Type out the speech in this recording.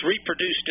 reproduced